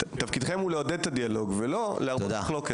תפקידכם הוא לעודד את הדיאלוג ולא להרבות מחלוקת.